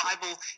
Bible